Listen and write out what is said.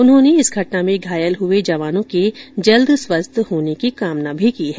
उन्होंने इस घटना में घायल हुए जवानों के जल्द स्वस्थ होने की कामना की है